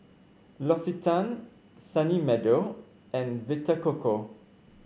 L'Occitane Sunny Meadow and Vita Coco